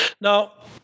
Now